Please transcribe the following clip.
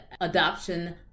adoption